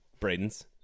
Bradens